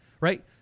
right